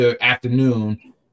afternoon